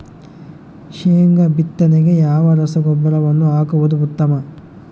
ಶೇಂಗಾ ಬಿತ್ತನೆಗೆ ಯಾವ ರಸಗೊಬ್ಬರವನ್ನು ಹಾಕುವುದು ಉತ್ತಮ?